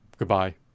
Goodbye